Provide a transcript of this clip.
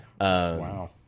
Wow